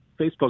Facebook